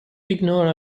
ignore